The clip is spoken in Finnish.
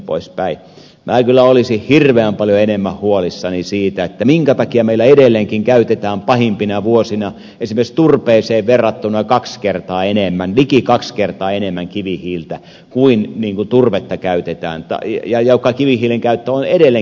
minä kyllä olisin hirveän paljon enemmän huolissani siitä minkä takia meillä edelleenkin käytetään pahimpina vuosina esimerkiksi turpeeseen verrattuna liki kaksi kertaa enemmän kivihiiltä kuin turvetta käytetään ja kivihiilen käyttö on edelleenkin merkittävää